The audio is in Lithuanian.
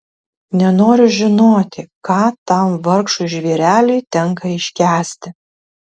nenoriu žinoti ką tam vargšui žvėreliui tenka iškęsti